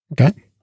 okay